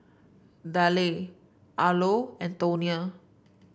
Delle Arlo and Tonia